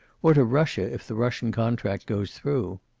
or to russia, if the russian contract goes through.